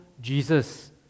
Jesus